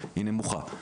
היא נמוכה.